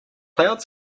clouds